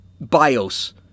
bios